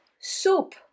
soup